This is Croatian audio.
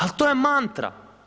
Ali to je mantra.